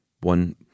one